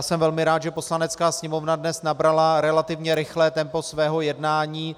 Jsem velmi rád, že Poslanecká sněmovna dnes nabrala relativně rychlé tempo svého jednání.